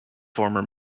former